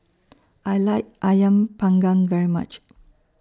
I like Ayam Panggang very much